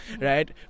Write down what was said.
right